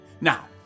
Now